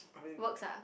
works ah